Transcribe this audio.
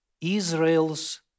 Israel's